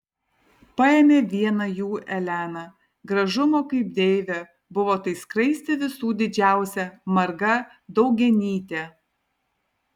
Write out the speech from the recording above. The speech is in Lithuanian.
paėmė vieną jų elena gražumo kaip deivė buvo tai skraistė visų didžiausia marga daugianytė